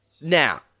now